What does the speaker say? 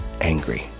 angry